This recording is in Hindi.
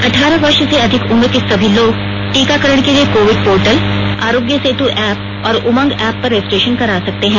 अठारह वर्ष से अधिक उम्र के सभी लोग टीकाकरण के लिए Covid portal Aarogya Setu app और उमंग एप पर रजिस्ट्रेशन करा सकते है